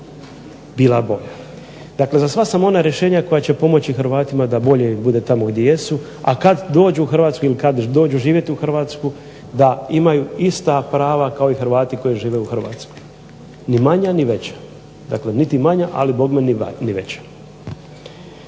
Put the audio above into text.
bila bolja. Dakle, za sva sam ona rješenja koja će pomoći Hrvatima da bolje bude tamo gdje jesu, a kada dođu živjeti u Hrvatsku da imaju ista prava kao Hrvati koji žive u Hrvatskoj, ni manja niti veća. Predlagatelj smatra da